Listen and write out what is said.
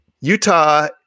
Utah